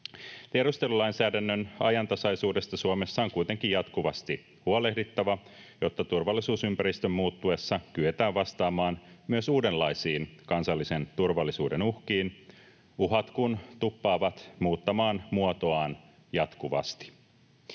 Tiedustelulainsäädännön ajantasaisuudesta Suomessa on kuitenkin jatkuvasti huolehdittava, jotta turvallisuusympäristön muuttuessa kyetään vastaamaan myös uudenlaisiin kansallisen turvallisuuden uhkiin, uhat kun tuppaavat muuttamaan muotoaan jatkuvasti.